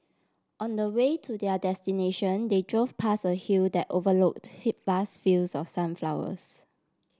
on the way to their destination they drove past a hill that overlooked he vast fields of sunflowers